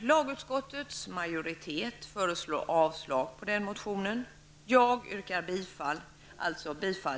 Lagutskottets majoritet föreslår avslag på den motionen. Jag yrkar bifall